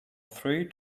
three